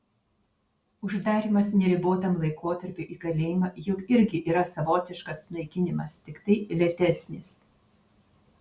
uždarymas neribotam laikotarpiui į kalėjimą juk irgi yra savotiškas sunaikinimas tiktai lėtesnis